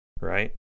Right